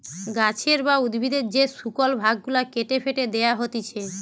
গাছের বা উদ্ভিদের যে শুকল ভাগ গুলা কেটে ফেটে দেয়া হতিছে